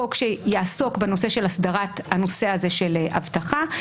חוק שיעסוק בנושא של הסדרת הנושא הזה של אבטחה,